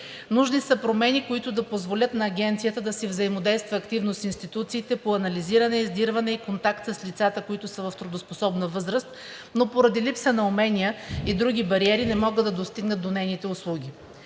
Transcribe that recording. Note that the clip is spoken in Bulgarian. Нужни са промени, които да позволят на Агенцията да си взаимодейства активно с институциите по анализиране, издирване и контакт с лицата, които са в трудоспособна възраст, но поради липса на умения и други бариери не могат да достигнат до нейните услуги.